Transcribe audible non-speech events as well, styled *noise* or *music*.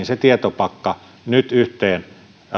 *unintelligible* se tietopakka nyt yhteen